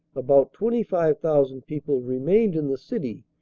about twenty five thousand people remained in the city,